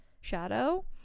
shadow